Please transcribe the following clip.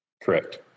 Correct